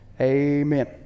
Amen